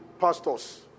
pastors